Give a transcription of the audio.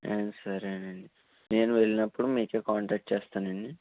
సరేనండి నేను వెళ్ళినప్పుడు మీకే కాంటాక్ట్ చేస్తానండి